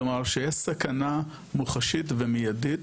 כלומר שיש סכנה מוחשית ומיידית,